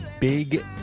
big